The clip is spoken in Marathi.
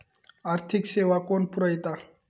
आर्थिक सेवा कोण पुरयता?